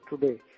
today